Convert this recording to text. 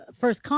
first